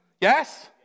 Yes